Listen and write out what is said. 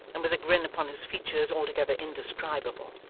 and with a grin upon his features altogether indescribable,